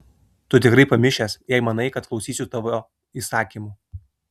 tu tikrai pamišęs jei manai kad klausysiu tavo įsakymų